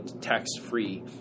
tax-free